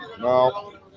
no